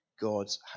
God's